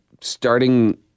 starting